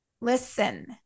listen